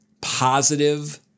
positive